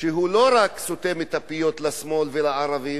והוא לא רק סותם את הפיות לשמאל ולערבים,